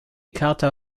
charta